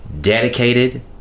dedicated